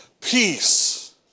peace